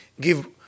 give